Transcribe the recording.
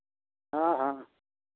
हाँ हाँ